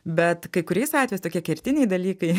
bet kai kuriais atvejais tokie kertiniai dalykai